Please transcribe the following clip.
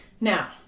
Now